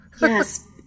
Yes